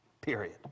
Period